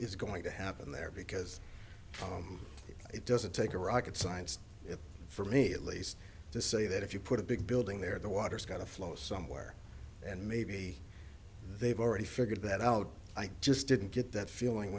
is going to happen there because it doesn't take a rocket science for me at least to say that if you put a big building there the water's got to flow somewhere and maybe they've already figured that out i just didn't get that feeling